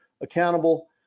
accountable